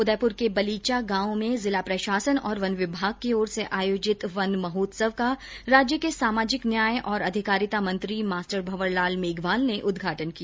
उदयपुर के बलीचा गांव में जिला प्रशासन और वन विभाग की ओर से आयोजित वन महोत्सव का राज्य के सामाजिक न्याय और अधिकारिता मंत्री मास्टर भंवर लाल मेघवाल ने उद्घाटन किया